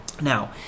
Now